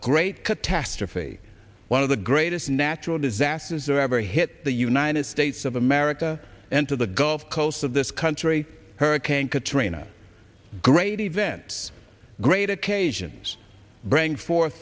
great catastrophe one of the greatest natural disasters are ever hit the united states of america and to the gulf coast of this country hurricane katrina great events great occasions bring forth